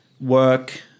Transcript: work